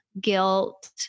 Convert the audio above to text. guilt